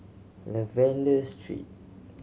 Lavender Street